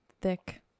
thick